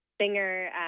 singer